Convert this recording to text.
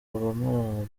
obama